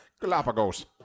Galapagos